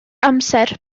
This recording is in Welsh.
amser